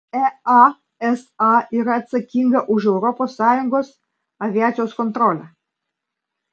easa yra atsakinga už europos sąjungos aviacijos kontrolę